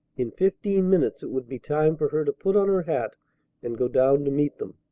in fifteen minutes it would be time for her to put on her hat and go down to meet them!